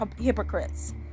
hypocrites